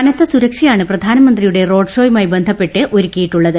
കനത്ത സുരക്ഷയാണ് പ്രധാനമന്ത്രിയുടെ റോഡ്ഷോയുമായി ബന്ധപ്പെട്ട് ഒരുക്കിയിട്ടുള്ളത്